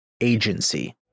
agency